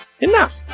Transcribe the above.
Enough